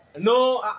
No